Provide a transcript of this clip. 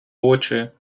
очи